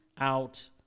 out